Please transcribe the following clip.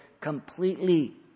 completely